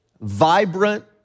vibrant